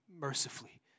mercifully